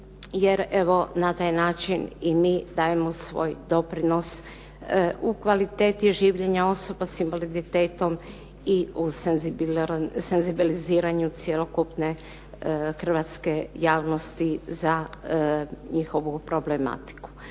jer evo na taj način i mi dajemo svoj doprinos u kvaliteti življenja osoba sa invaliditetom i u senzibiliziranju cjelokupne hrvatske javnosti za njihovu problematiku.